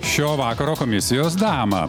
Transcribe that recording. šio vakaro komisijos damą